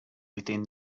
within